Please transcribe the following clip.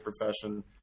profession